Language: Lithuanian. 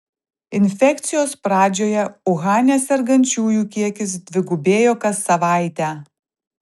infekcijos pradžioje uhane sergančiųjų kiekis dvigubėjo kas savaitę